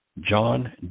John